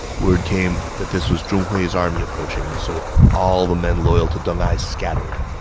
word came that this was zhong hui's army approaching. so all the men loyal to deng ai scattered